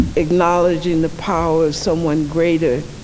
acknowledging the power of someone greater,